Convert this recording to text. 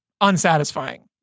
unsatisfying